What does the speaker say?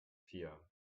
vier